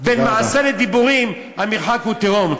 בין מעשה לדיבורים המרחק הוא, תהום.